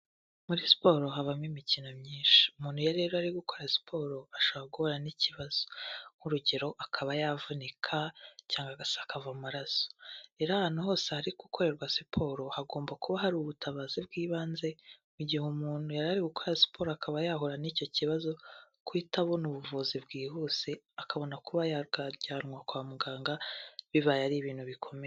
Muri siporo habamo imikino myinshi, umuntu yo rero ari gukora siporo ashobora guhura n'ikibazo nk'urugero akaba yavunika cyangwa agasa akava amaraso, rero ahantu hose hari gukorerwa siporo hagomba kuba hari ubutabazi bw'ibanze mu gihe umuntu yari ari gukora siporo akaba yahura n'icyo kibazo guhita abona ubuvuzi bwihuse akabona kuba yajyanwa kwa muganga bibaye ari ibintu bikomeye.